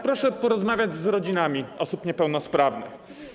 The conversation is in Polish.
Proszę porozmawiać z rodzinami osób niepełnosprawnych.